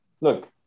Look